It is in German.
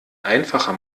einfacher